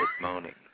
moaning